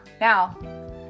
Now